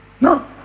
No